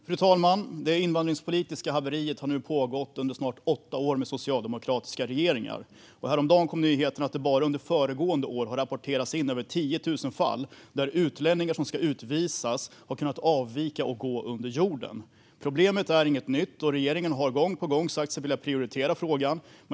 Fru talman! Det invandringspolitiska haveriet har nu pågått under snart åtta år med socialdemokratiska regeringar. Häromdagen kom nyheten att det bara under föregående år rapporterades in över 10 000 fall där utlänningar som ska utvisas har kunnat avvika och gå under jorden. Problemet är inte nytt, och regeringen har gång på gång sagt sig vilja prioritera frågan.